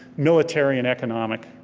military, and economic,